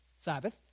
Sabbath